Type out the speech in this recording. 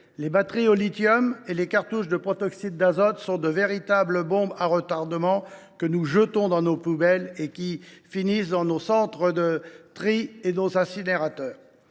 les batteries au lithium et les cartouches de protoxyde d’azote constituent de véritables bombes à retardement, que nous jetons dans nos poubelles et qui finissent dans nos centres de tri et nos incinérateurs.